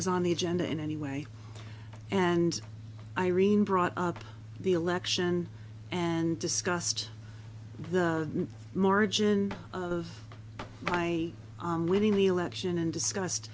was on the agenda in any way and irene brought the election and discussed the margin of my winning the election and discussed